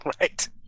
right